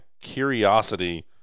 curiosity